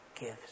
gives